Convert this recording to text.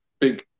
Big